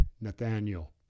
Nathaniel